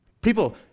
People